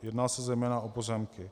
Jedná se zejména o pozemky.